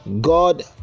God